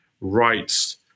rights